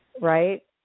Right